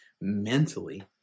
mentally